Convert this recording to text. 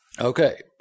Okay